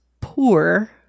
poor